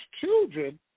children